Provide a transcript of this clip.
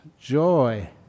joy